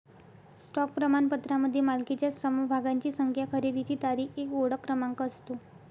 stock प्रमाणपत्रामध्ये मालकीच्या समभागांची संख्या, खरेदीची तारीख, एक ओळख क्रमांक असतो